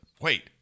Wait